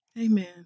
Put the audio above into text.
Amen